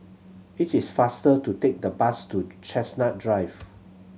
it is faster to take the bus to Chestnut Drive